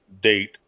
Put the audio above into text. date